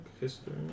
history